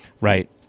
Right